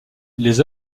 les